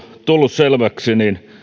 tullut selväksi